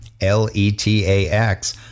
L-E-T-A-X